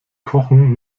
kochen